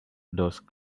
those